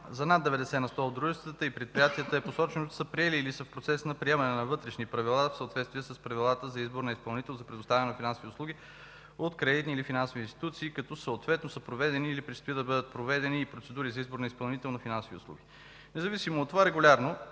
90 на сто от дружествата и предприятията е посочено, че са приели или са в процес на приемане на вътрешни правила в съответствие с правилата за избор на изпълнител за предоставяне на финансови услуги от кредитни или финансови институции, като съответно са проведени или предстои да бъдат проведени и процедури за избор на изпълнител на финансови услуги. Независимо от това,